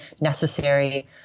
necessary